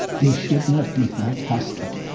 they should not be held hostage.